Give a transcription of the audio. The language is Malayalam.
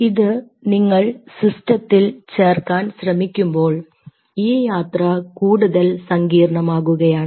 ഇത് നിങ്ങൾ സിസ്റ്റത്തിൽ ചേർക്കാൻ ശ്രമിക്കുമ്പോൾ ഈ യാത്ര കൂടുതൽ സങ്കീർണമാകുകയാണ്